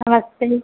नमस्ते जी